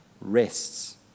rests